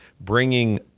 bringing